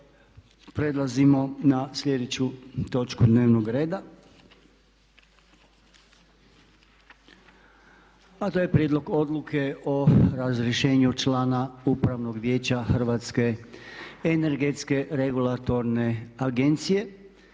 Prelazimo na sljedeću točku dnevnog reda. A to je: - Prijedlog Odluke o razrješenju člana Upravnog vijeća Hrvatske energetske regulatorne Agencije